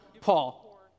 Paul